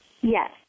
Yes